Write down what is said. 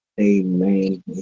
Amen